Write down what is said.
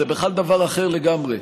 זה בכלל דבר אחר לגמרי,